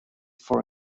for